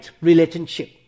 relationship